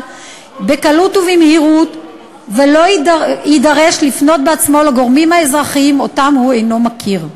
בקלות ובמהירות ולא יידרש לפנות בעצמו לגורמים אזרחיים שהוא אינו מכיר.